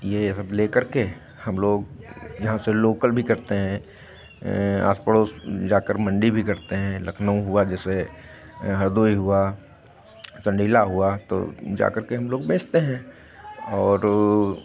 ये सब ले करके हम लोग यहाँ से लोकल भी करते हैं आस पड़ोस जाकर मंडी भी देखते हैं लखनऊ हुआ जैसे हरदोई हुआ संडीला हुआ तो जा करके हम लोग बेचते हैं और